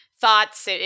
thoughts